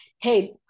hey